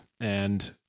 and-